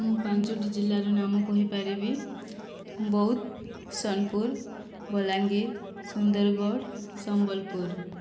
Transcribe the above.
ମୁଁ ପାଞ୍ଚଟି ଜିଲ୍ଲାର ନାମ କହିପାରିବି ବୌଦ୍ଧ ସୋନପୁର ବଲାଙ୍ଗୀର ସୁନ୍ଦରଗଡ଼ ସମ୍ବଲପୁର